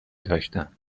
داشتند